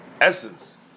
essence